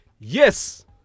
Yes